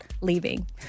leaving